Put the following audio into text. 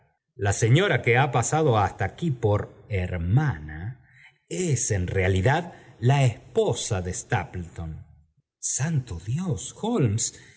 la señora que ha pasado hasta aquí por hermana es en realidad la esposa ele st santo dios holmes